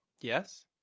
Yes